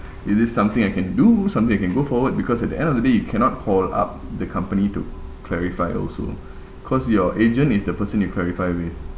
it this something I can do something I can go forward because at the end of the day you cannot call up the company to clarify also cause your agent is the person you clarify with